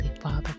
Father